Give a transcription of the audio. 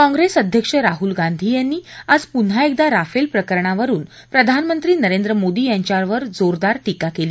काँप्रेस अध्यक्ष राहूल गांधी यांनी आज पुन्हा एकदा राफेल प्रकरणावरून प्रधानमंत्री नरेंद्र मोदी यांच्यावर जोरदार टीका केली